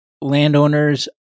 landowners